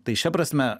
tai šia prasme